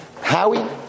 Howie